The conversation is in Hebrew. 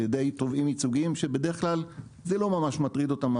ידי תובעים ייצוגיים שבדרך כלל זה לא ממש מטריד אותם,